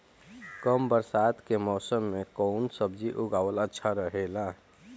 कम बरसात के मौसम में कउन सब्जी उगावल अच्छा रहेला?